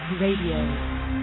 Radio